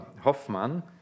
Hoffmann